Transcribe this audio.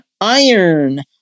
iron